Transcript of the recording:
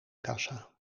kassa